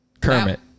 Kermit